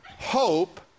hope